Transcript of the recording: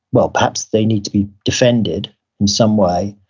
well, perhaps they need to be defended in some way,